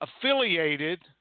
affiliated